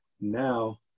now